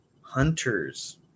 hunters